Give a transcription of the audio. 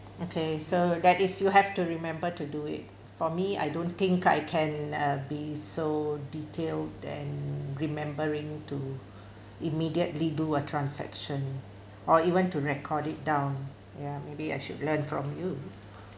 okay so that is you have to remember to do it for me I don't think I can uh be so detailed and remembering to immediately do a transaction or even to record it down ya maybe I should learn from you